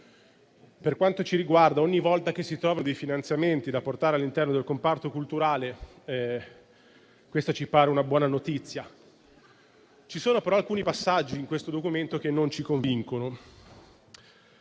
per quanto ci riguarda, ogni volta che si trovano dei finanziamenti da portare all'interno del comparto culturale, questa ci pare una buona notizia. Vi sono, però, alcuni passaggi in questo provvedimento che non ci convincono.